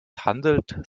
handelt